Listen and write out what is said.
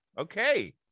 okay